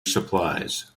supplies